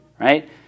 right